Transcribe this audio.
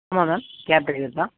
ஆமாம்ங்க cab driver தான்